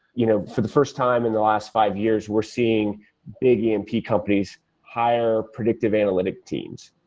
you know for the first time in the last five years we're seeing big emp companies hire predictive analytic teams.